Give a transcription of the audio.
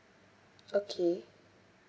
okay